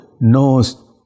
knows